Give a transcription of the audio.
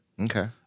Okay